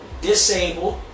disabled